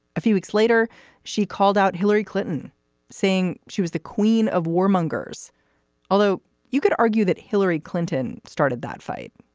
a few weeks later she called out hillary clinton saying she was the queen of warmongers although you could argue that hillary clinton started that fight.